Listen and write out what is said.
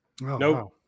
nope